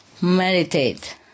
meditate